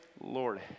Lord